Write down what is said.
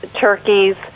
turkeys